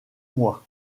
mois